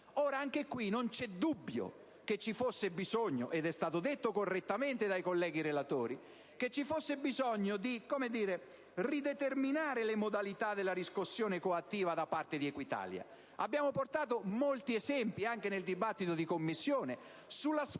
al riguardo, non c'è dubbio che ci fosse bisogno - ed è stato detto correttamente dai colleghi relatori - di rideterminare le modalità della riscossione coattiva da parte di Equitalia. Abbiamo portato molti esempi, anche nel dibattito di Commissione, sulla sproporzione